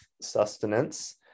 sustenance